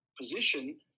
position